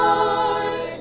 Lord